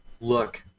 look